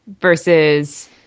versus